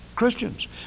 Christians